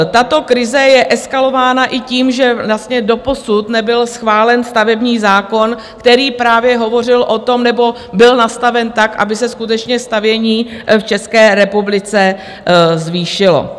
Tato krize je eskalována i tím, že vlastně doposud nebyl schválen stavební zákon, který právě hovořil o tom nebo byl nastaven tak, aby se skutečně stavění v České republice zvýšilo.